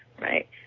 Right